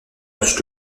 match